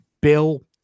Bill